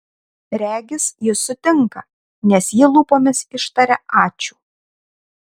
regis jis sutinka nes ji lūpomis ištaria ačiū